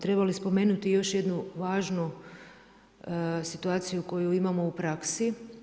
Treba spomenuti još jednu važu situaciju koju imamo u praksi.